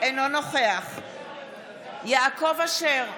אינו נוכח יעקב אשר,